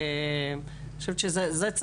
אני חושבת שזה אפשרי.